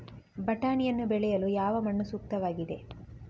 ಬಟಾಣಿಯನ್ನು ಬೆಳೆಯಲು ಯಾವ ಮಣ್ಣು ಸೂಕ್ತವಾಗಿದೆ?